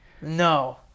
no